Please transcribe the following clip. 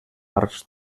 arcs